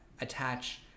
attach